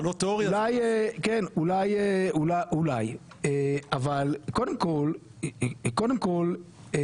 אולי, אבל קודם כל קודם כל.